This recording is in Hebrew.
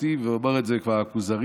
ואומר את זה כבר הכוזרי,